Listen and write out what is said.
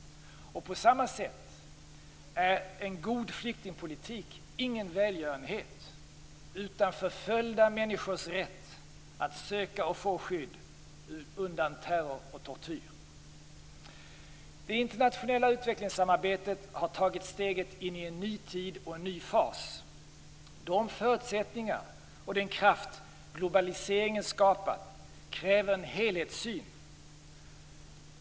På samma sätt är en god flyktingpolitik ingen välgörenhet utan förföljda människors rätt att söka och få skydd undan terror och tortyr. Det internationella utvecklingssamarbetet har tagit steget in i en ny tid och en ny fas. De förutsättningar och den kraft som globaliseringen skapar kräver en helhetssyn.